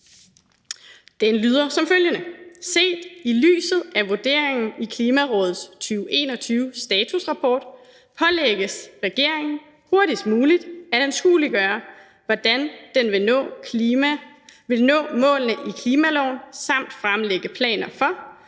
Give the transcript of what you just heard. til vedtagelse »Set i lyset af vurderingen i Klimarådets 2021-statusrapport pålægges regeringen hurtigst muligt at anskueliggøre, hvordan den vil nå målene i klimaloven, samt fremlægge planer for,